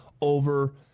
over